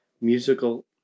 musical